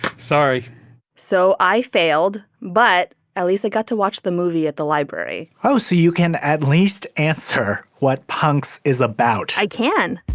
sorry so i failed, but at least i got to watch the movie at the library oh, see you can at least answer what punks is about i can.